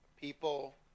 people